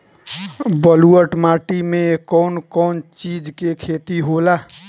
ब्लुअट माटी में कौन कौनचीज के खेती होला?